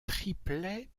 triplet